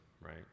right